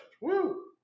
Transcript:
Woo